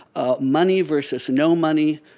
ah money versus no money.